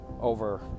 over